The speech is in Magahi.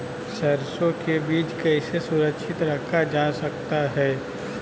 सरसो के बीज कैसे सुरक्षित रखा जा सकता है?